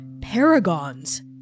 paragons